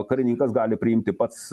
karininkas gali priimti pats